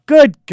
Good